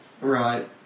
Right